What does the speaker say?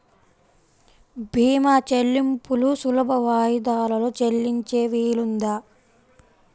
భీమా చెల్లింపులు సులభ వాయిదాలలో చెల్లించే వీలుందా?